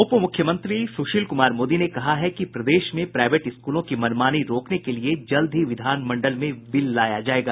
उप मुख्यमंत्री सुशील कुमार मोदी ने कहा है कि प्रदेश में प्राईवेट स्कूलों की मनमानी रोकने के लिये जल्द ही विधानमंडल में बिल लाया जायेगा